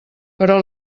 però